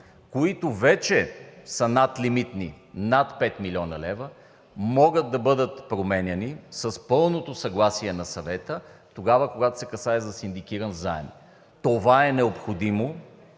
които вече са надлимитни над 5 млн. лв. и могат да бъдат променяни с пълното съгласие на Съвета тогава, когато се касае за синдикиран заем. Това е необходимо,